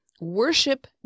Worship